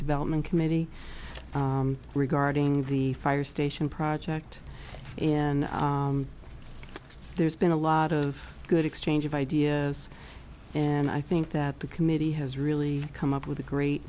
development committee regarding the fire station project and there's been a lot of good exchange of ideas and i think that the committee has really come up with a great